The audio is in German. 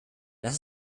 das